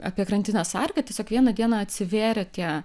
apie krantinės arką tiesiog vieną dieną atsivėrė tie